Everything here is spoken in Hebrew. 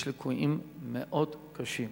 יש ליקויים מאוד קשים.